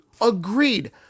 agreed